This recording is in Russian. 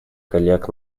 коллег